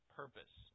purpose